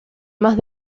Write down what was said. más